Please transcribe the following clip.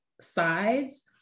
sides